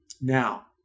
Now